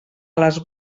les